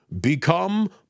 become